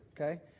Okay